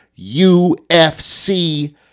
UFC